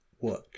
work